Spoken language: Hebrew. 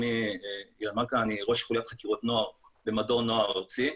אני ראש חוליית חקירות נוער במדור נוער ארצי.